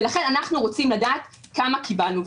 ולכן אנחנו רוצים לדעת כמה קיבלנו.